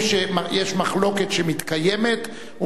חשבתי שאתה מתיימר להשוות ביניהם.